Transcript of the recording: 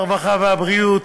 הרווחה והבריאות,